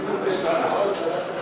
הצעת חוק לתיקון פקודת התעבורה (מס' 114)